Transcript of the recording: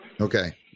Okay